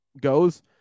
goes